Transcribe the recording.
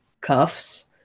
cuffs